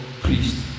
priest